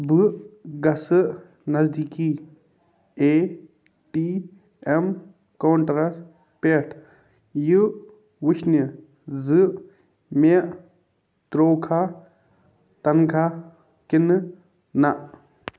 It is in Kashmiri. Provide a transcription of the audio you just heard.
بہٕ گژھٕ نزدیكی اے ٹی اٮ۪م کاونٛٹرس پٮ۪ٹھ یہِ وٕچھنہِ زٕ مےٚ ترٛووکھا تنخاہ کنہٕ نہ